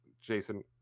Jason